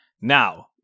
Now